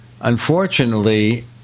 unfortunately